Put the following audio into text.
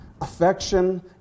affection